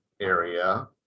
area